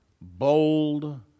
bold